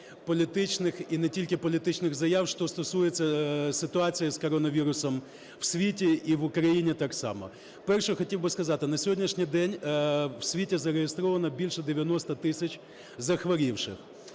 політичних і не тільки політичних заяв, що стосується ситуації з коронавірусом в світі і в Україні так само. Перше, хотів би сказати. На сьогоднішній день в світі зареєстровано більше 90 тисяч захворівших.